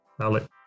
Alex